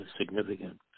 significant